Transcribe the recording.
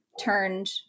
turned